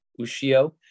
Ushio